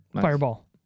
Fireball